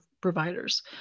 providers